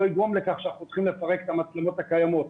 יגרום לכך שאנחנו נצטרך לפרק את המצלמות הקיימות.